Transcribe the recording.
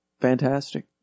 fantastic